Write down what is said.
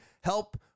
help